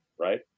right